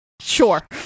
Sure